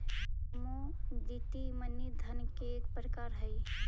commodity money धन के एक प्रकार हई